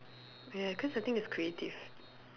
ya cause the thing is creative